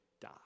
die